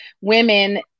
women